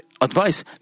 advice